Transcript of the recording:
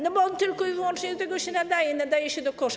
No bo on tylko i wyłącznie do tego się nadaje, nadaje się do kosza.